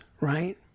right